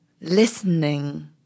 listening